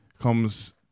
comes